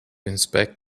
inspect